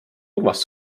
urmas